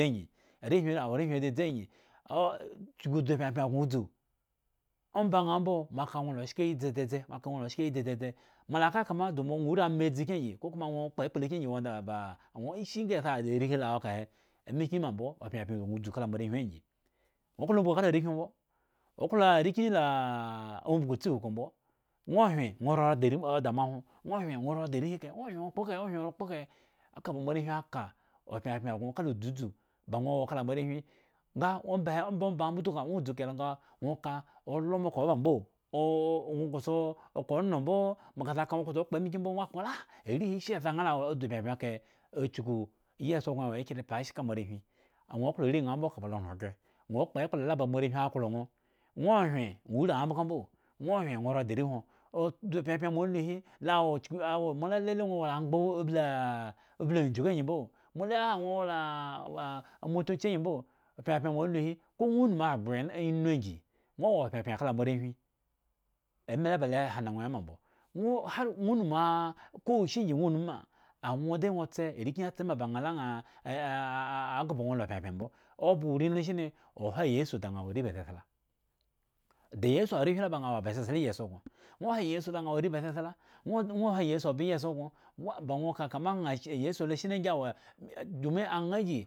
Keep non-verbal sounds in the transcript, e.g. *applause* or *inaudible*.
Angyi arehwi hi awo arehwin dzadzi angyin a chuku dzu pyapyan gŋo dzu, omba ŋha la shkayi dzedzedze, mo ala ka kama dzu mbo ŋwo la rii amadzi kyin angyi kokoma ŋwo kpo ekplakyin angyin gŋo da ba ŋwo ishi nga sa da arehi la wo ka he emekyin ma mbo opyapyan gŋo dzu kah mo arehwin angyin ŋwo klo umbugu kala arekyin, ŋwo klo arekyin la umbugu tsi kuku mbo, ŋwo hyen ŋwo rara daram ra da moahwon ŋwo hyen rara arehi kahe ŋwo hyen ŋwo kpo kahe, ŋwo hyen ŋwo kpo kahe aka ba moarehwin akaopyapyan gŋo kala dzudzu ba ŋwo wo kala moarehwin nga ombahe ombaŋha mbo duka ŋwo dzu kahe nga ŋwo ka olo mbo ka oba mbo o ŋwo ka sa onombo mo aka sa ka ŋwo ka kpo-emakyin mbo mo akpo lu ah areh ishi ekpo aŋha la dzu pyapyan kahe ochuku iyieson gŋo wo akyre pash kala moarehwin a ŋwo klo are ŋha mbo kaba lo ran ghre, ŋwo kpo ekpla ba moarehwin aklo ŋwo, ŋwo hyen ŋwo rii ambhga mbo, ŋwo hyen ŋwo ra da arehwon dzu pyapyan mo alu hi lo wo chuk lo wo mo ala lele ŋwo wo la amgba ma obli ah obli ajgu angyi mbo, mo ala ah ŋwo wola ah mota chi angyi mbo, pyapyan mo alu hi ko ŋwo numu obhro inu angyi, ŋwo wo pyapyan kala moarehwin eme la ba lo hana ŋwo awoma mbo, ŋwo numu *hesitation* ko wushi angyin ŋwo numu mah, ŋwo de ŋwo tse arekyin atsema ba ŋha la ŋha a ghbo ŋwo la pyapyan mbo, oba urii lo shine oha iyesu da ŋha wo areba sesla, da iyesu wo are la ba ŋha wo sesla iyieson gŋo, ŋwo ha iyesu dŋa wo are ba sesla, ŋwo ha iyesu ba iyieson gŋo, ŋwo ba ŋwo kakama iyesu lo shine angyin wo domin ŋha.